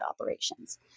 operations